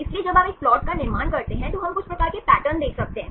इसलिए जब आप एक प्लाट का निर्माण करते हैं तो हम कुछ प्रकार के पैटर्न देख सकते हैं